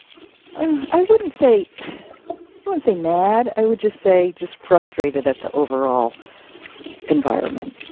i wouldn't say wouldn't say mad. i would just say just frustrated at the overall environment